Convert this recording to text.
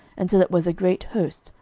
until it was a great host,